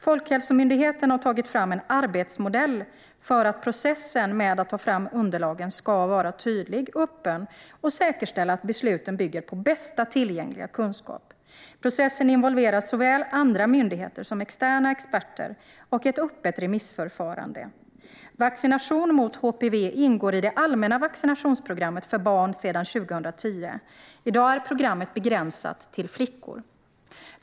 Folkhälsomyndigheten har tagit fram en arbetsmodell för att processen med att ta fram underlagen ska vara tydlig, öppen och säkerställa att besluten bygger på bästa tillgängliga kunskap. Processen involverar såväl andra myndigheter som externa experter och ett öppet remissförfarande. Vaccination mot HPV ingår i det allmänna vaccinationsprogrammet för barn sedan 2010. I dag är programmet begränsat till flickor.